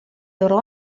loro